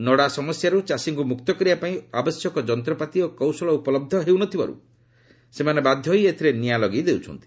ନଡ଼ା ସମସ୍ୟାରୁ ଚାଷୀଙ୍କୁ ମୁକ୍ତ କରିବା ପାଇଁ ଆବଶ୍ୟକ ଯନ୍ତ୍ରପାତି ଓ କୌଶଳ ଉପଲବ୍ଧ ହେଉନଥିବାରୁ ସେମାନେ ବାଧ୍ୟ ହୋଇ ଏଥିରେ ନିଆଁ ଲଗାଇ ଦେଉଛନ୍ତି